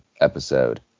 episode